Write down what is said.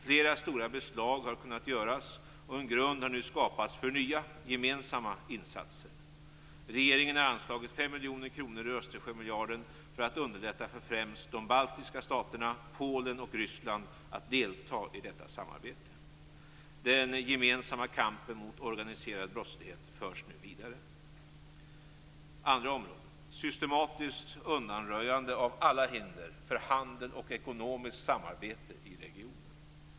Flera stora beslag har kunnat göras. En grund har nu skapats för nya gemensamma insatser. Regeringen har anslagit 5 miljoner kronor ur Östersjömiljarden för att underlätta för främst de baltiska staterna, Polen och Ryssland att delta i detta samarbete. Den gemensamma kampen mot organiserad brottslighet förs nu vidare. Det andra området handlar om systematiskt undanröjande av alla hinder för handel och ekonomiskt samarbete i regionen.